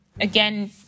Again